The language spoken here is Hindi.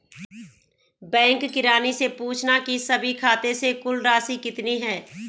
बैंक किरानी से पूछना की सभी खाते से कुल राशि कितनी है